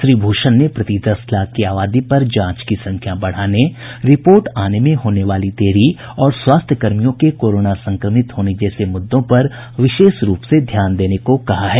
श्री भूषण ने प्रति दस लाख की आबादी पर जांच की संख्या बढ़ाने रिपोर्ट आने में होने वाली देरी और स्वास्थ्य कर्मियों के कोरोना संक्रमित होने जैसे मुद्दों पर विशेष रूप से ध्यान देने को कहा है